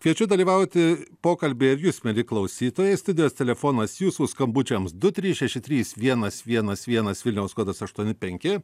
kviečiu dalyvauti pokalbyje ir jūs mieli klausytojai studijos telefonas jūsų skambučiams du trys šeši trys vienas vienas vienas vilniaus kodas aštuoni penki